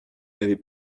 n’avez